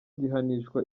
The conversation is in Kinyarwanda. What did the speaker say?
gihanishwa